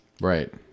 Right